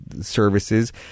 services